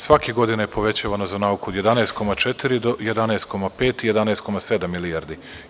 Svake godine je povećavana za nauku od 11,4 do 11,5 i 11,7 milijardi.